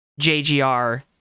JGR